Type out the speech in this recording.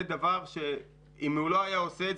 זה דבר שאם הוא לא היה עושה אותו,